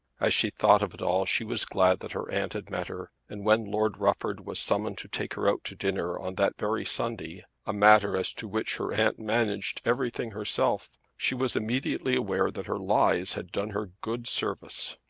as she thought of it all she was glad that her aunt had met her and when lord rufford was summoned to take her out to dinner on that very sunday a matter as to which her aunt managed everything herself she was immediately aware that her lies had done her good service.